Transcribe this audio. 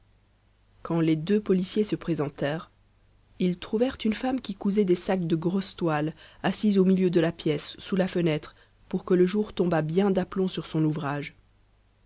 quand les deux policiers se présentèrent ils trouvèrent une femme qui cousait des sacs de grosse toile assise au milieu de la pièce sous la fenêtre pour que le jour tombât bien d'aplomb sur son ouvrage